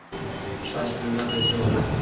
स्वास्थ्य बीमा कईसे होला?